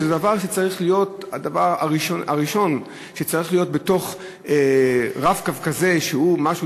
שזה הדבר הראשון שצריך להיות ב"רב-קו" שהוא משהו